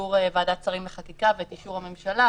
אישור ועדת שרים לחקיקה ואת אישור הממשלה,